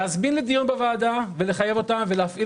להזמין לדיון בוועדה ולחייב אותה ולהפעיל